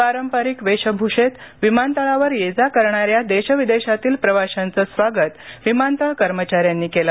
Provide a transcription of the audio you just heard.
पारंपारिक वेशभूषेत विमानतळावर ये जा करणाऱ्या देश विदेशातील प्रवाशांचं स्वागत विमानतळ कर्मचाऱ्यांनी केलं